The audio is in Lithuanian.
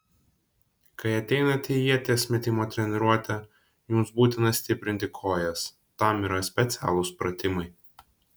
kai ateinate į ieties metimo treniruotę jums būtina stiprinti kojas tam yra specialūs pratimai